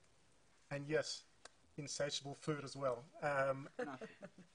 ושלא יבואו איסלמיסטים קיצוניים שאנחנו רואים היום.